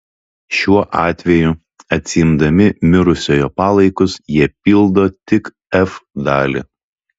šiuo atveju atsiimdami mirusiojo palaikus jie pildo tik f dalį